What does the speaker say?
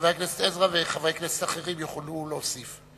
חבר הכנסת עזרא וחברי כנסת אחרים יוכלו להוסיף.